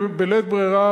בלית ברירה,